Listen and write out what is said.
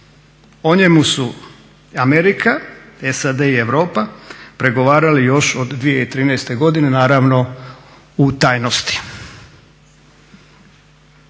O njemu su Amerika, SAD i Europa pregovarali još od 2013. godine, naravno u tajnosti.